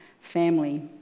family